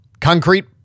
concrete